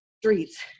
streets